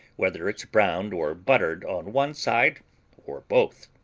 whether it's browned or buttered on one side or both.